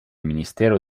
ministero